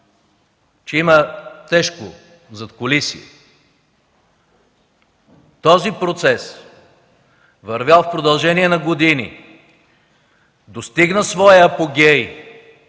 че има тежко задкулисие. Този процес, вървял в продължение на години, достигна своя апогей